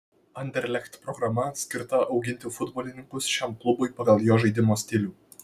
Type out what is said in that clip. anderlecht programa skirta auginti futbolininkus šiam klubui pagal jo žaidimo stilių